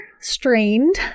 strained